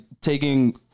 taking